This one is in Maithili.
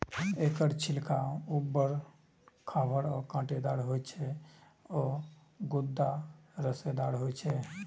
एकर छिलका उबर खाबड़ आ कांटेदार होइ छै आ गूदा रेशेदार होइ छै